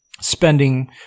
spending